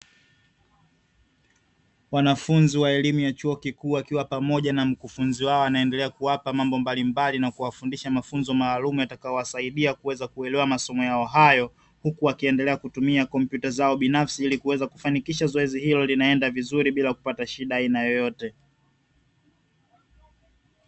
Wanafunzi wa elimu ya chuo kikuu wakiwa pamoja na mkufunzi wao, anaendelea kuwapa mambo mbalimbali na kuwafundisha mafunzo maalumu yatakayowasaidia kuweza kuelewa masomo yao hayo, huku wakiendelea kutumia kompyuta zao binafsi ili kuweza kufanikisha zoezi hilo linaenda vizuri bila kupata shida ya aina yoyote.